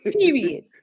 Period